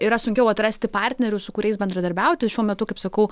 yra sunkiau atrasti partnerių su kuriais bendradarbiauti šiuo metu kaip sakau